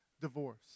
divorce